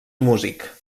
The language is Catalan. músic